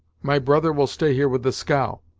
my brother will stay here with the scow.